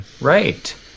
right